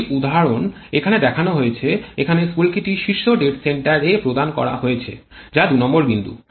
একটি উদাহরণ এখানে দেখানো হয়েছে এখানে স্ফুলকিটি শীর্ষ ডেড সেন্টার এ প্রদান করা হয়েছে যা ২নং বিন্দু